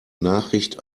nachricht